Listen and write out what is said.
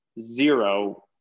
zero